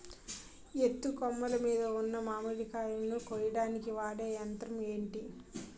ఎత్తు కొమ్మలు మీద ఉన్న మామిడికాయలును కోయడానికి వాడే యంత్రం ఎంటి?